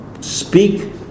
speak